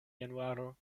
januaro